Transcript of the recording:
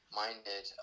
minded